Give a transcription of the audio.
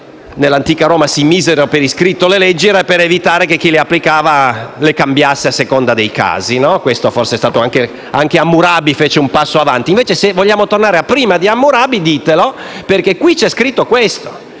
nell'antica Roma si misero per iscritto le leggi per evitare che chi le applicava le cambiasse a seconda dei casi e in questo anche Hammurabi fece un passo avanti. Se invece vogliamo tornare a prima di Hammurabi, ditelo, perché qui c'è scritto questo: